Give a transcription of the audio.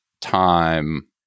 time